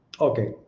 okay